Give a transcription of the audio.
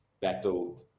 battled